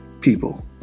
people